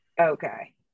Okay